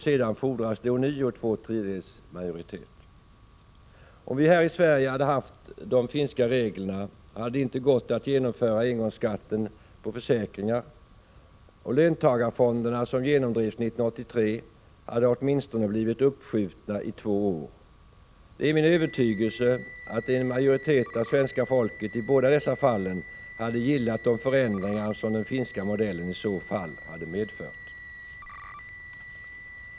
Sedan fordras det ånyo två tredjedelars majoritet. Om vi här i Sverige hade haft de finska reglerna hade det inte gått att genomföra engångsskatten på försäkringar, och löntagarfonderna, som genomdrevs 1983, hade åtminstone blivit uppskjutna i två år. Det är min övertygelse att en majoritet av svenska folket i båda fallen hade gillat de förändringar som den finska modellen i så fall hade medfört.